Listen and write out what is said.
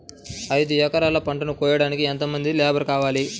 ఐదు ఎకరాల పంటను కోయడానికి యెంత మంది లేబరు కావాలి?